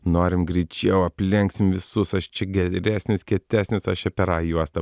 norim greičiau aplenksim visus aš čia geresnis kietesnis aš per a juostą